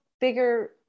bigger